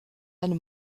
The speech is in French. anne